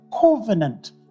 covenant